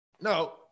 No